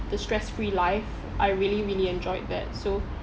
the stress free life I really really enjoyed that so